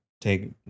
Take